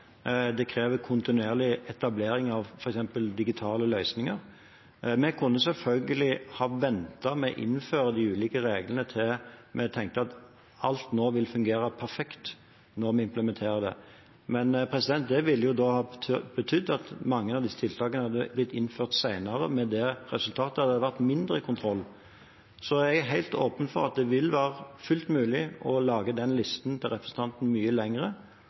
Det krever kontinuerlig etablering av f.eks. digitale løsninger. Vi kunne selvfølgelig ha ventet med å innføre de ulike reglene til vi tenkte at alt fungerte perfekt da vi implementerte det, men det ville ha betydd at mange av disse tiltakene ville blitt innført senere, med det resultat at det hadde blitt mindre kontroll. Jeg er helt åpen for at det er fullt mulig at listen til representanten over forhold som ikke har fungert perfekt, kunne blitt mye lengre.